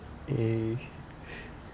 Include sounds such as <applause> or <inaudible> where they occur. eh <laughs>